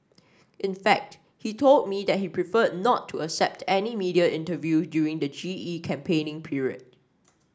in fact he told me that he preferred not to accept any media interview during the G E campaigning period